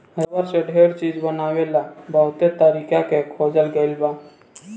rubber से ढेर चीज बनावे ला बहुते तरीका के खोजल गईल बा